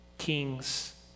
kings